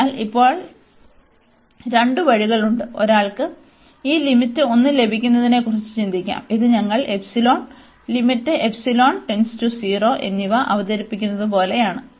അതിനാൽ ഇപ്പോൾ രണ്ട് വഴികളുണ്ട് ഒരാൾക്ക് ഈ ലിമിറ്റ് 1 ലഭിക്കുന്നതിനെക്കുറിച്ച് ചിന്തിക്കാം ഇത് ഞങ്ങൾ എന്നിവ അവതരിപ്പിക്കുന്നത് പോലെയാണ്